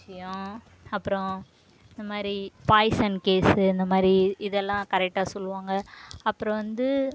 விஷயம் அப்றம் இந்த மாதிரி பாய்சன் கேஸு இந்த மாதிரி இதெல்லாம் கரெக்டாக சொல்வாங்க அப்றம் வந்து